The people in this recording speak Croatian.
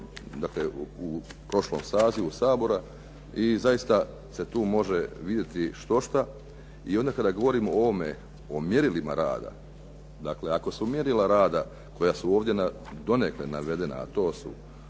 u prošlom sazivu Sabora i zaista se tu može vidjeti štošta i onda kada govorimo o mjerilima rada, dakle ako su mjerila rada koja su ovdje donekle navedena a to su